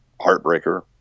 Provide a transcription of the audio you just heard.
heartbreaker